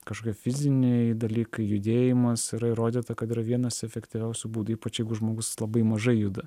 kažkokie fiziniai dalykai judėjimas yra įrodyta kad yra vienas efektyviausių būdų ypač jeigu žmogus labai mažai juda